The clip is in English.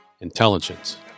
intelligence